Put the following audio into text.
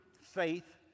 faith